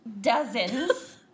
Dozens